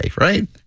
right